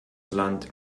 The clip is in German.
land